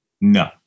No